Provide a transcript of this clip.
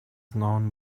known